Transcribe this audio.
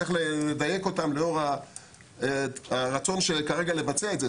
אבל צריך לדייק אותם לאור הרצון כרגע לבצע את זה.